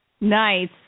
Nice